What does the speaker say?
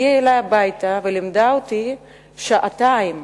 הגיעה אלי הביתה ולימדה אותי שעתיים,